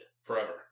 forever